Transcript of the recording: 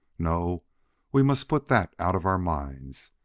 no we must put that out of our minds,